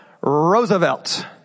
Roosevelt